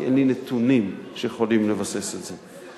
כי אין לי נתונים שיכולים לבסס את זה.